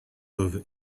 over